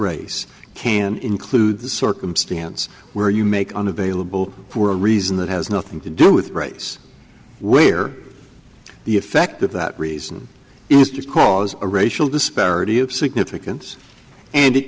race can include the circumstance where you make on available poor a reason that has nothing to do with race we're the effect of that reason is to cause a racial disparity of significance and it